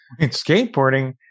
Skateboarding